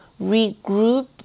regroup